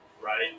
right